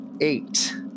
eight